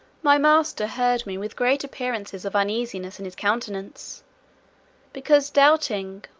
my master heard me with great appearances of uneasiness in his countenance because doubting,